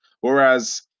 whereas